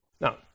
Now